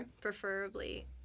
Preferably